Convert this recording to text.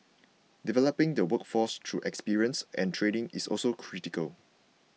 developing the workforce through experience and training is also critical